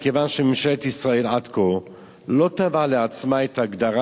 מכיוון שממשלת ישראל עד כה לא תבעה לעצמה את ההגדרה